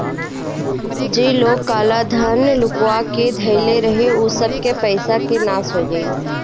जे लोग काला धन लुकुआ के धइले रहे उ सबके पईसा के नाश हो गईल